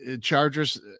Chargers